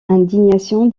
indignation